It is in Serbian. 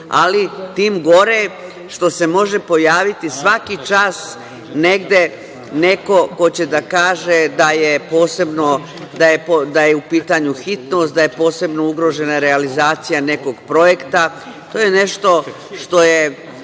ali tim gore što se može pojaviti svaki čas negde neko ko će da kaže da je u pitanju hitnost, da je posebno ugrožena realizacija nekog projekta. To je nešto što je